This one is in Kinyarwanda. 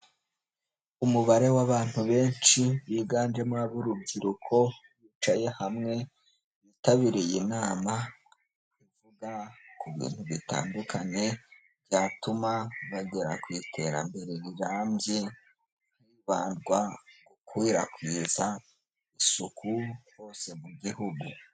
Umubare w'abantu benshi biganjemo ab'urubyiruko, bicaye hamwe, bitabiriye inama ivuga ku bintu bitandukanye byatuma bagera ku iterambere rirambye, bandwa gukwirakwiza isuku hose mu gihugu.